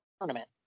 tournament